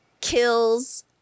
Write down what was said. kills